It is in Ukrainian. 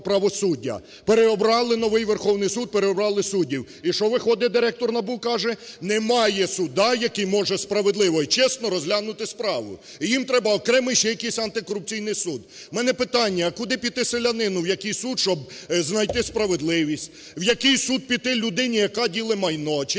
правосуддя, переобрали новий Верховний Суд, переобрали суддів. І що виходить, директор НАБУ каже? Немає суду, який може справедливо і чесно розглянути справу, їм треба окремий ще якийсь Антикорупційний Суд. В мене питання, а куди піти селянину, в який суд, щоб знайти справедливість? В який суд піти людині, яка ділить майно чи